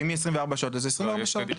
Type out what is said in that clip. ואם היא 24 שעות אז היא 24 שעות.